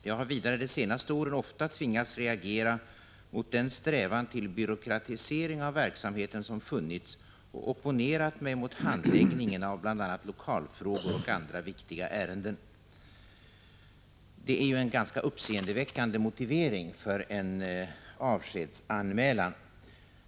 Jag har vidare de senaste åren ofta tvingats reagera mot den strävan till byråkratisering av verksamheten som funnits och opponerat mig mot handläggningen av bl a lokalfrågor och andra viktiga ärenden.” Det är en ganska uppseendeväckande motivering för en avskedsanmälan.